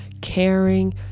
caring